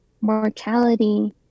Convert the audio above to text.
mortality